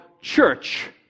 church